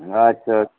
আচ্ছা